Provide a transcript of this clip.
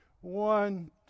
one